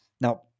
Now